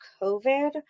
COVID